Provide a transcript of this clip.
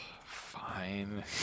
fine